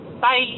Bye